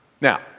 Now